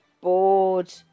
bored